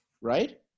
Right